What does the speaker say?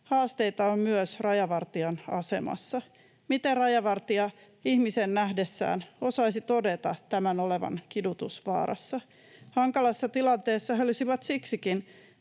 Haasteita on myös rajavartijan asemassa. Miten rajavartija ihmisen nähdessään osaisi todeta tämän olevan kidutusvaarassa? Hankalassa tilanteessa he olisivat siksikin,